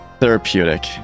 therapeutic